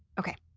okay,